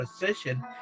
position